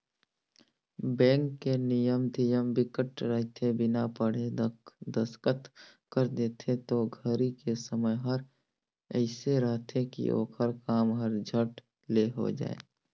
bank के नियम धियम बिकट रहिथे बिना पढ़े दस्खत कर देथे ओ घरी के समय हर एइसे रहथे की ओखर काम हर झट ले हो जाये